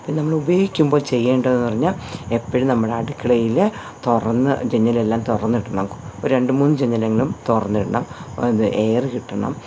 പിന്നെ നമ്മൾ ഉപയോഗിക്കുമ്പോൾ ചെയ്യേണ്ടതെന്ന് പറഞ്ഞാൽ എപ്പോഴും നമ്മൾ അടുക്കളയിൽ തുറന്ന് ജനലെല്ലാം തുറന്നിടണം ഒരു രണ്ട് മൂന്ന് ജനലെങ്കിലും തുറന്നിടണം അത് എയർ കിട്ടണം